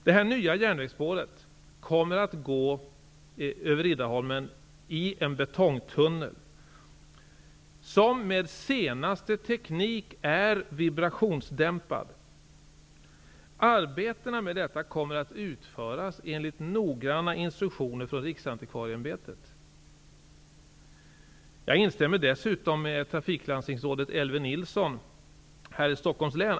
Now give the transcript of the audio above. Det nya järnvägsspåret kommer att gå över Riddarholmen i en betongtunnel, som med senaste teknik är vibrationsdämpad. Arbetena kommer att utföras enligt noggranna instruktioner från Riksantikvarieämbetet. Jag instämmer dessutom med trafiklandstingsrådet Elwe Nilsson i Stockholms län.